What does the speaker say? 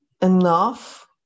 enough